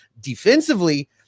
defensively